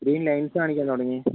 green lines കാണിക്കാൻ തുടങ്ങി